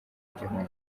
igihombo